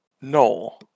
no